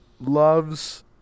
Loves